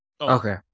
Okay